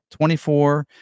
24